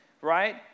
right